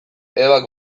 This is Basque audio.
ebak